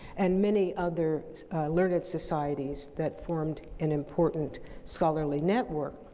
and many other learned societies that formed an important scholarly network.